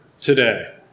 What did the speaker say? today